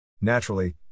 Naturally